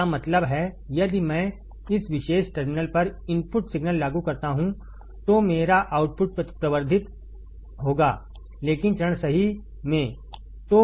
इसका मतलब है यदि मैं इस विशेष टर्मिनल पर इनपुट सिग्नल लागू करता हूं तो मेरा आउटपुट प्रवर्धित होगा लेकिन चरण सही में